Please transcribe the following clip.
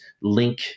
link